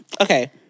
Okay